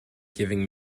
giving